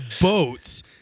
boats